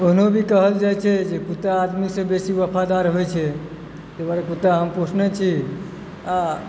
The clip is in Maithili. ओहनो भी कहल जाइत छै जे कुत्ता आदमीसँ बेसी वफादार होत इ छै ताहि दुआरे कुत्ता हम पोषने छी आ